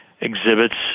exhibits